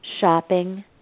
Shopping